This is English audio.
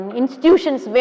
institutions